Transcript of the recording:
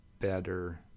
better